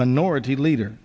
minority leader